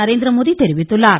நரேந்திரமோதி தெரிவித்துள்ளார்